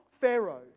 Pharaoh